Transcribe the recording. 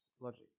logic